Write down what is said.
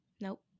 Nope